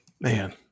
man